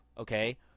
okay